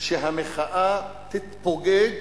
שהמחאה תתפוגג